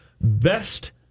Best